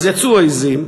אז יצאו העזים,